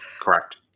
Correct